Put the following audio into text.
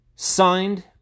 Signed